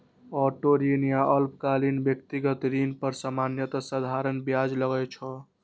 auto ऋण या अल्पकालिक व्यक्तिगत ऋण पर सामान्यतः साधारण ब्याज लागै छै